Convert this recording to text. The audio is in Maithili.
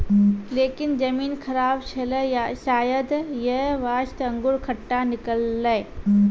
लेकिन जमीन खराब छेलै शायद यै वास्तॅ अंगूर खट्टा निकललै